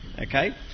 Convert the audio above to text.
Okay